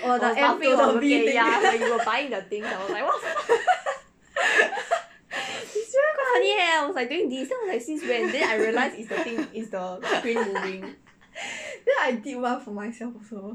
I was laughing while looking at it ya when you were buying the thing I was like what the fuck quite funny leh I was like doing this then I was like since when then I realise is the thing is the screen moving